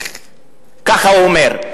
כך הוא אומר.